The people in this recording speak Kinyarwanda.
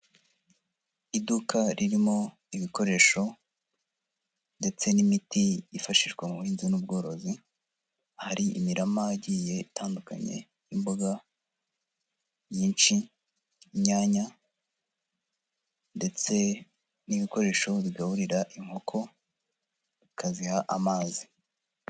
Iduka ririmo ibikoresho ndetse n'imiti yifashishwa mu buhinzi n'ubworozi, hari imirama igiye itandukanye y'imboga nyinshi, inyanya ndetse n'ibikoresho bigaburira inkoko bikaziha amazi.